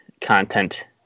content